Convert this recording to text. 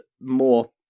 more